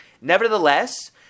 Nevertheless